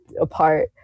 apart